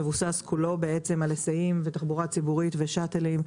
הוא מבוסס כולו על היסעים ותחבורה ציבורית ושאטלים.